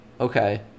Okay